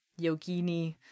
Yogini